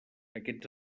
aquests